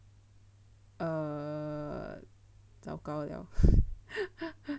err 糟糕了